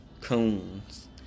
coons